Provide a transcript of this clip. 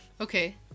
Okay